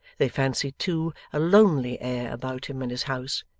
they fancied, too, a lonely air about him and his house,